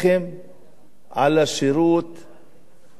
על השירות לחרדים,